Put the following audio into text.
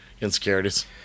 insecurities